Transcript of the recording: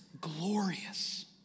glorious